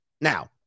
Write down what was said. now